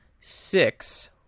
six